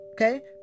Okay